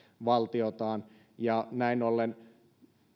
valtiotaan näin ollen